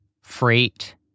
freight